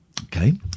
okay